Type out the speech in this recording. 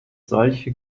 solche